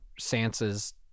Sansa's